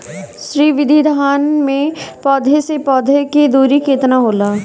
श्री विधि धान में पौधे से पौधे के दुरी केतना होला?